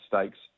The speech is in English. stakes